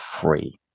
free